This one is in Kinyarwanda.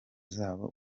zabo